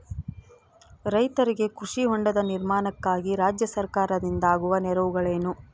ರೈತರಿಗೆ ಕೃಷಿ ಹೊಂಡದ ನಿರ್ಮಾಣಕ್ಕಾಗಿ ರಾಜ್ಯ ಸರ್ಕಾರದಿಂದ ಆಗುವ ನೆರವುಗಳೇನು?